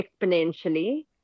exponentially